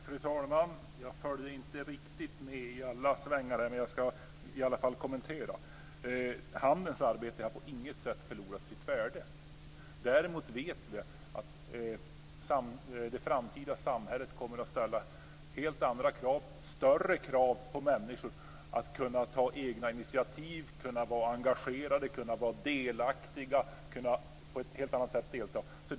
Fru talman! Jag följde inte riktigt med i alla svängar här, men jag ska i alla fall kommentera en del. Handens arbete har på inget sätt förlorat sitt värde. Däremot vet vi att det framtida samhället kommer att ställa helt andra och större krav på människor att kunna ta initiativ, vara engagerade och delaktiga på ett helt annat sätt än nu.